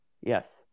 Yes